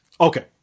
Okay